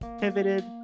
pivoted